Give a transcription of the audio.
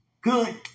Good